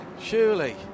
Surely